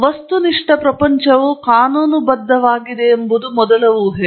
ವಸ್ತುನಿಷ್ಠ ಪ್ರಪಂಚವು ಕಾನೂನುಬದ್ಧವಾಗಿದೆಯೆಂಬುದು ಮೊದಲ ಊಹೆ